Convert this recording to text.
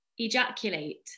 ejaculate